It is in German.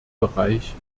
bereich